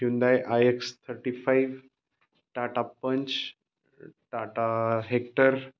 Hyundai I X thirty five Tata punch Tata hector